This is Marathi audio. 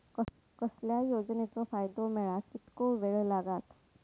कसल्याय योजनेचो फायदो मेळाक कितको वेळ लागत?